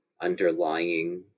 underlying